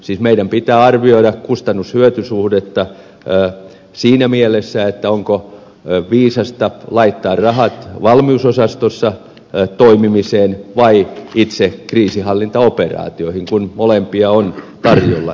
siis meidän pitää arvioida kustannushyöty suhdetta siinä mielessä onko viisasta laittaa rahat valmiusosastossa toimimiseen vai itse kriisinhallintaoperaatioihin kun molempia on tarjolla